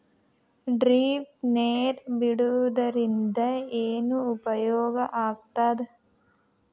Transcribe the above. Drip ನೇರ್ ಬಿಡುವುದರಿಂದ ಏನು ಉಪಯೋಗ ಆಗ್ತದ?